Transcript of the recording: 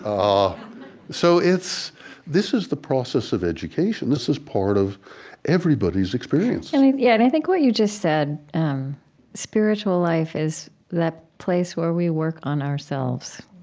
um so this is the process of education. this is part of everybody's experience yeah. and i think what you just said spiritual life is that place where we work on ourselves